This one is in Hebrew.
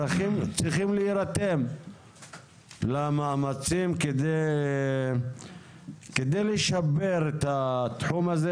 צריכים להירתם למאמצים כדי לשפר את התחום הזה